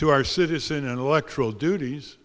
to our citizen and electoral duties